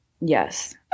Yes